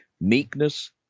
meekness